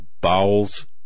bowels